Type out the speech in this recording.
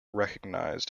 recognised